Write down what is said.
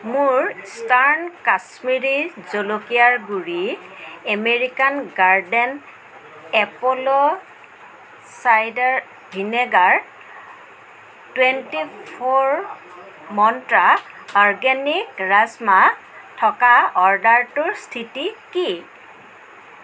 মোৰ ইষ্টাৰ্ণ কাশ্মীৰি জলকীয়াৰ গুড়ি American garden apple' cider vinegar twenty four Mantra organic rajma থকা অ'ৰ্ডাৰটোৰ স্থিতি কি